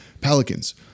Pelicans